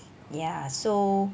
ya so